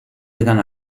begann